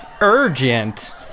urgent